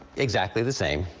exactly the same.